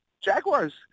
Jaguars